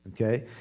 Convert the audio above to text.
okay